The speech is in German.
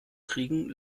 kriegen